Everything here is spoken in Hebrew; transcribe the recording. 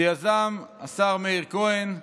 שיזם השר מאיר כהן,